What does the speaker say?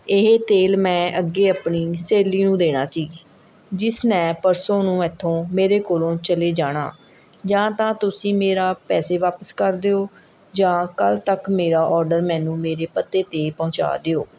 ਇਹ ਤੇਲ ਮੈਂ ਅੱਗੇ ਆਪਣੀ ਸਹੇਲੀ ਨੂੰ ਦੇਣਾ ਸੀ ਜਿਸ ਨੇ ਪਰਸੋਂ ਨੂੰ ਇੱਥੋਂ ਮੇਰੇ ਕੋਲੋਂ ਚਲੇ ਜਾਣਾ ਜਾਂ ਤਾਂ ਤੁਸੀਂ ਮੇਰਾ ਪੈਸੇ ਵਾਪਸ ਕਰ ਦਿਓ ਜਾਂ ਕੱਲ ਤੱਕ ਮੇਰਾ ਔਰਡਰ ਮੈਨੂੰ ਮੇਰੇ ਪਤੇ 'ਤੇ ਪਹੁੰਚਾ ਦਿਓ